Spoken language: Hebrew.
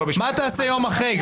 מה תעשה יום אחרי זה?